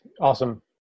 awesome